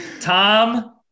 Tom